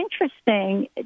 interesting